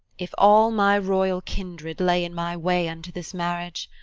if all my royal kindred lay in my way unto this marriage,